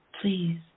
please